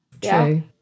True